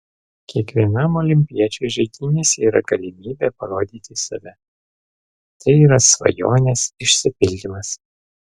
kiekvienam olimpiečiui žaidynėse yra galimybė parodyti save tai yra svajonės išsipildymas